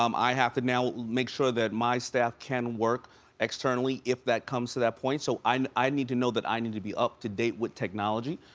um i have to now make sure that my staff can work externally, if that comes to that point. so i and i need to know that i need to be up-to-date with technology.